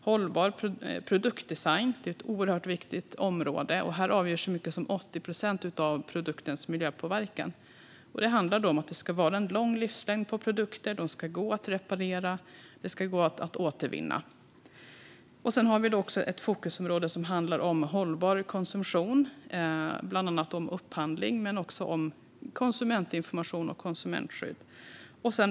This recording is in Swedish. Hållbar produktdesign är ett viktigt område. Här avgörs så mycket som 80 procent av produktens miljöpåverkan. Det handlar om att produkter ska ha lång livslängd, ska gå att reparera och ska gå att återvinna. Ett annat fokusområde handlar om hållbar konsumtion. Det handlar om bland annat upphandling men också konsumentinformation och konsumentskydd.